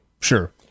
Sure